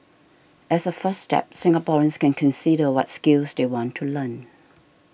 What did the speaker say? as a first step Singaporeans can consider what skills they want to learn